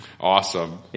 Awesome